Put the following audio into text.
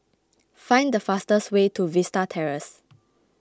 find the fastest way to Vista Terrace